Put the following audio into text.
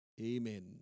Amen